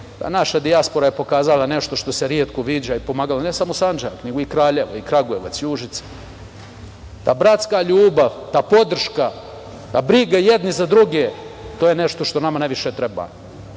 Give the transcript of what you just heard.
Naša dijaspora je pokazala nešto što se retko viđa i pomagala, ne samo Sandžak, nego i Kraljevo, Kragujevac i Užice. Ta bratska ljubav, ta podrška, briga jedni za druge, to je nešto što nama najviše treba. Zato